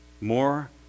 more